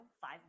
five